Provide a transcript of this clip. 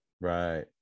Right